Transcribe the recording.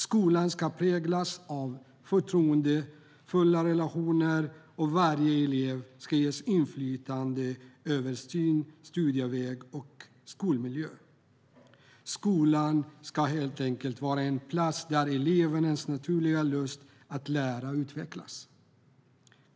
Skolan ska präglas av förtroendefulla relationer, och varje elev ska ges inflytande över sin studieväg och skolmiljö. Skolan ska helt enkelt vara en plats där elevernas naturliga lust att lära utvecklas.